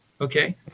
okay